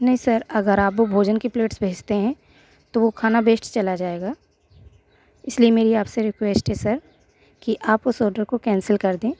नहीं सर अगर आप वे भोजन की प्लेट्स भेजते हैं तो वह खाना बेस्ट चला जाएगा इसलिए मेरी आपसे रिक्वेश्ट है सर कि आप उस ऑडर को कैंसिल कर दें